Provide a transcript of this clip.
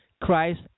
christ